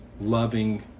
loving